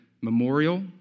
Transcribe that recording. memorial